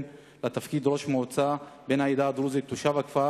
לתפקיד ראש המועצה את בן העדה הדרוזית תושב הכפר.